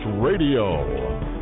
Radio